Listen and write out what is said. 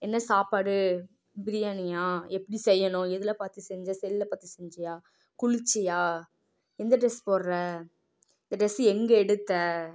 என்ன சாப்பாடு பிரியாணியா எப்படி செய்யணும் எதில் பார்த்து செஞ்ச செல்லை பார்த்து செஞ்சியா குளிச்சியா எந்த ட்ரெஸ் போடுற இந்த ட்ரெஸ்ஸு எங்கே எடுத்த